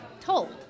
told